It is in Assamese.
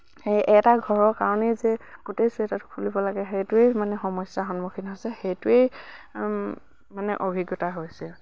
সেই এটা ঘৰৰ কাৰণেই যে গোটেই চুৱেটাৰটো খুলিব লাগে সেইটোৱেই মানে সমস্যাৰ সন্মুখীন হৈছে সেইটোৱেই মানে অভিজ্ঞতা হৈছে